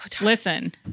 Listen